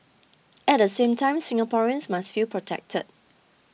at the same time Singaporeans must feel protected